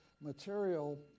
material